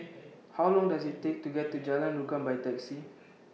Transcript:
How Long Does IT Take to get to Jalan Rukam By Taxi